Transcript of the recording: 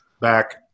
back